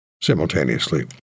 simultaneously